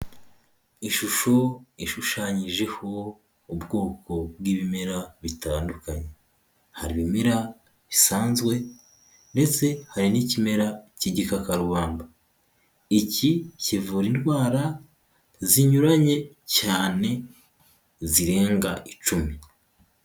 Ishusho ishushanyijeho ubwoko bw'ibimera bitandukanye. Hari ibimera bisanzwe, ndetse hari n'ikimera cy'igikakarubanda. Iki kivura indwara zinyuranye cyane zirenga icumi.